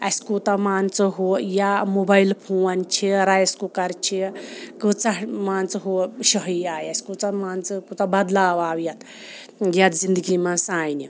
اَسہِ کوٗتاہ مان ژٕ ہُہ یا موبایل فون چھِ رایس کُکَر چھِ کۭژاہ مان ژٕ ہُہ شٲہی آے اَسہِ کۭژاہ مان ژٕ کۭژاہ بدلاو آو یَتھ یَتھ زندگی منٛز سانہِ